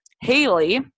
Haley